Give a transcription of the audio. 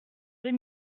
deux